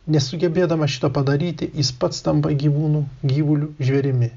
nesugebėdamas šito padaryti jis pats tampa gyvūnu gyvuliu žvėrimi